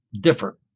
different